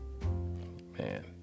Man